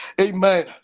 Amen